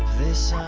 this